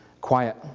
Quiet